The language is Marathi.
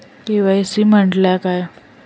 के.वाय.सी म्हटल्या काय?